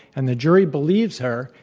and the jury believes her,